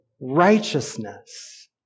righteousness